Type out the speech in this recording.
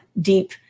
deep